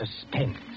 suspense